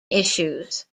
issues